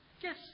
yes